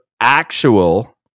actual